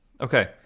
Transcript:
Okay